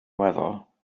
weddol